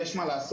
יש מה לעשות.